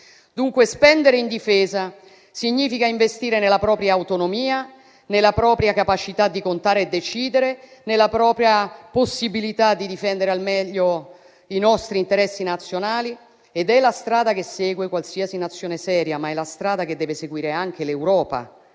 Dunque, spendere in difesa significa investire nella propria autonomia, nella propria capacità di contare e decidere, nella propria possibilità di difendere al meglio i nostri interessi nazionali ed è la strada che segue qualsiasi Nazione seria, ma è la strada che deve seguire anche l'Europa,